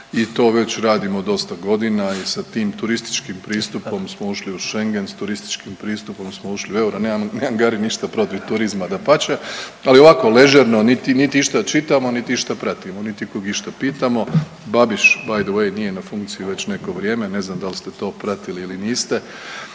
i to već radimo dosta godina i sa tim turističkim pristupom smo ušli u Schengen, s turističkim pristupom smo ušli u euro, nemam, nemam Gari ništa protiv turizma dapače, ali ovako ležerno, niti, niti išta čitamo, niti išta pratimo, niti kog išta pitamo. Babiš btw. nije na funkciji već neko vrijeme, ne znam dal ste to pratili ili niste,